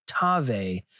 Tave